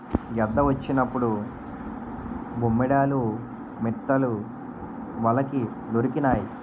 గెడ్డ వచ్చినప్పుడు బొమ్మేడాలు మిట్టలు వలకి దొరికినాయి